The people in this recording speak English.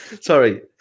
Sorry